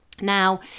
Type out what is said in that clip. now